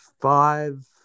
five